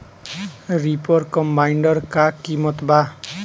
Reaper कम्बाइंडर का किमत बा?